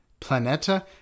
planeta